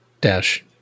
dash